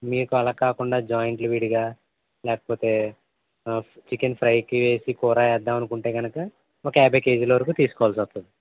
మీకు అలా కాకుండా జాయింట్లు విడిగా లేకపోతే చికెన్ ఫ్రైకి వేసి కూర ఇద్దామనుకుంటే గనక ఒక యాభై కేజీల వరకు తీసుకోవాల్సి వస్తుంది